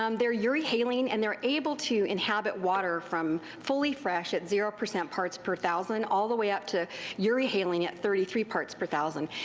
um theyire euryhaline and theyire able to inhabit water from fully fresh at zero percent parts per thousand, all the way up to euryhaline at thirty three parts per thousand.